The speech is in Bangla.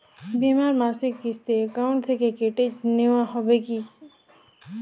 বিমার মাসিক কিস্তি অ্যাকাউন্ট থেকে কেটে নেওয়া হবে কি?